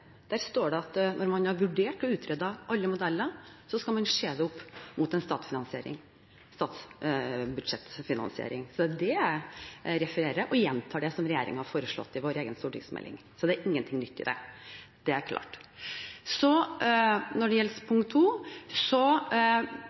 Der står det at når man har vurdert og utredet alle modeller, skal man se det opp mot en statsbudsjettfinansiering. Det er det jeg refererer til, og jeg gjentar det som regjeringen har foreslått i sin egen stortingsmelding. Så det er ingenting nytt i det; det er klart. Når det så gjelder punkt